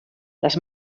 les